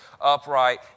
upright